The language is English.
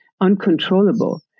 uncontrollable